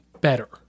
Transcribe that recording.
better